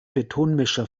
betonmischer